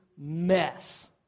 mess